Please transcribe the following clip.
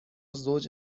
زوج